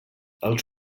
els